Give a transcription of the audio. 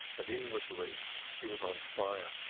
but inwardly she was on fire.